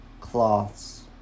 cloths